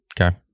Okay